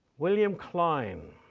william klein,